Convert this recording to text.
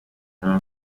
umuntu